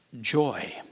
joy